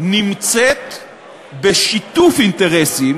נמצאת בשיתוף אינטרסים